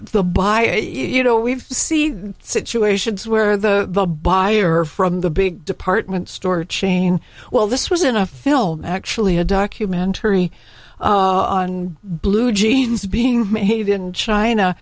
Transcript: by you know we've seen situations where the buyer from the big department store chain well this i was in a film actually a documentary on blue jeans being made in china